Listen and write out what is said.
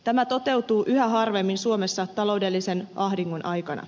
tämä toteutuu yhä harvemmin suomessa taloudellisen ahdingon aikana